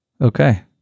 Okay